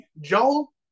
Joel